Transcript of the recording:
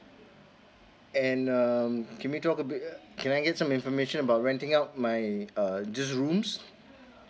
and um can we talk a bit uh can I get some information about renting out my uh just rooms